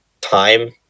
time